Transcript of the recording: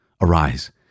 Arise